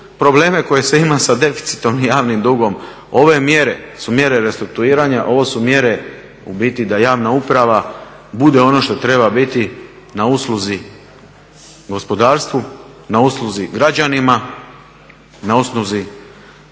probleme koje se ima sa deficitom i javnim dugom. Ove mjere su mjere restrukturiranja, ovo su mjere u biti da javna uprava bude ono što treba biti na usluzi gospodarstvu, na usluzi građanima, na usluzi